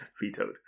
Vetoed